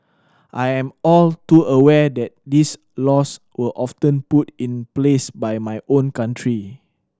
I am all too aware that these laws were often put in place by my own country